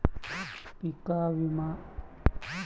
पिका विमा हा दरवर्षी काऊन मिळत न्हाई?